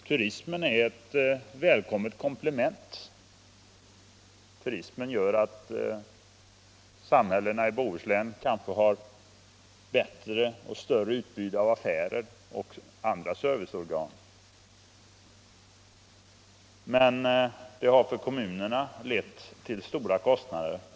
Turismen är ett välkommet komplement. Den medför att samhällena i Bohuslän har ett bättre och större utbud av affärer och andra serviceorgan, men för kommunerna har den lett till stora kostnader.